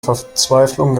verzweiflung